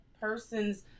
person's